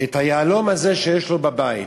את היהלום הזה שיש לו בבית,